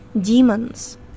demons